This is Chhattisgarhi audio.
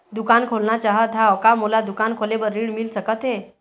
दुकान खोलना चाहत हाव, का मोला दुकान खोले बर ऋण मिल सकत हे?